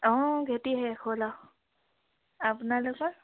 অঁ খেতি শেষ হ'ল আৰু আপোনালোকৰ